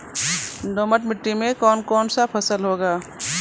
दोमट मिट्टी मे कौन कौन फसल होगा?